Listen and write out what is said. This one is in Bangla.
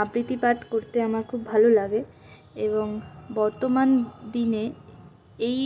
আবৃতি পাঠ করতে আমার খুব ভালো লাগে এবং বর্তমান দিনে এই